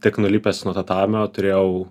tik nulipęs nuo tatamio turėjau